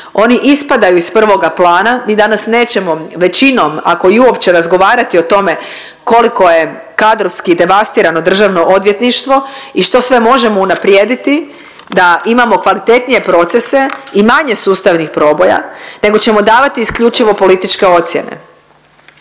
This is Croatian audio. Oni ispadaju iz prvoga plana mi danas nećemo većinom ako i uopće razgovarati o tome koliko je kadrovski devastirano državno odvjetništvo i što sve možemo unaprijediti da imamo kvalitetnije procese i manje sustavnih proboja nego ćemo davati isključivo političke ocjene.